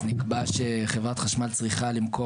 אז נקבע שחברת חשמל צריכה למכור,